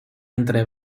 entre